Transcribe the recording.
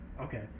Okay